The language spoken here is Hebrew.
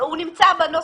הוא כרגע נמצא בנוסח.